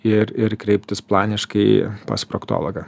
ir ir kreiptis planiškai pas proktologą